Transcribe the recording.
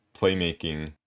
playmaking